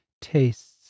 Tastes